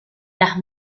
las